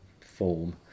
form